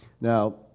now